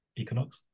econox